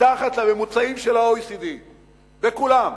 מתחת לממוצעים של ה-OECD, בכולם.